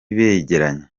begeranye